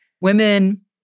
women